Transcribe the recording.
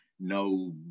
no